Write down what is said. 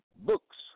books